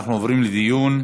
אנחנו עוברים לדיון.